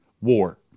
war